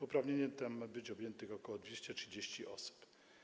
Uprawnieniem tym ma być objętych ok. 230 osób.